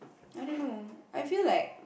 I don't know I feel like